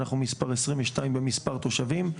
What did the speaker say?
אנחנו מספר עשרים ושתיים במספר תושבים.